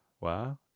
Wow